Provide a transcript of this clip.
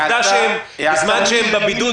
העובדה שבזמן שהם בבידוד,